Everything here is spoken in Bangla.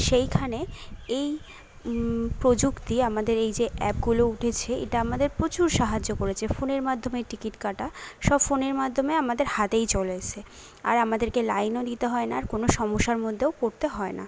সেইখানে এই প্রযুক্তি আমাদের এই যে অ্যাপগুলো উঠেছে এটা আমাদের প্রচুর সাহায্য করেছে ফোনের মাধ্যমে টিকিট কাটা সব ফোনের মাধ্যমে আমাদের হাতেই চলে এসেছে আর আমাদেরকে লাইনও দিতে হয় না আর কোন সমস্যার মধ্যেও পড়তে হয় না